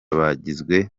bagizwe